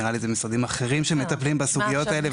נראה לי שמשרדים אחרים מטפלים בסוגיות האלה,